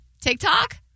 TikTok